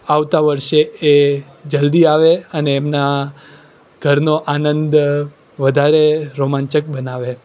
આવતા વર્ષે એ જલ્દી આવે અને એમના ઘરનો આનંદ વધારે રોમાંચક બનાવે